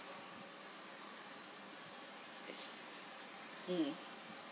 mm